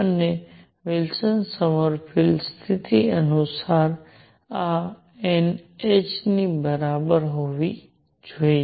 અને વિલ્સન સોમરફેલ્ડની સ્થિતિ અનુસાર આ n h ની બરાબર હોવી જોઈએ